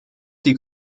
die